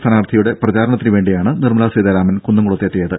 സ്ഥാനാർഥിയുടെ പ്രചാരണത്തിനുവേണ്ടിയാണ് നിർമലാ സീതാരാമൻ കുന്നംകുളത്തെത്തിയത്